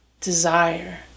Desire